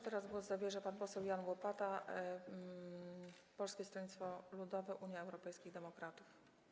Teraz głos zabierze pan poseł Jan Łopata, Polskie Stronnictwo Ludowe - Unia Europejskich Demokratów.